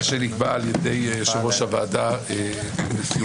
מה שנקבע על ידי יושב-ראש הוועדה בתיאום